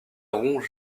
rompt